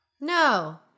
No